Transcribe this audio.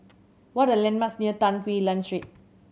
what are the landmarks near Tan Quee Lan Street